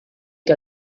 que